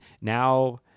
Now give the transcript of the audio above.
now